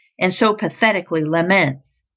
and so pathetically laments.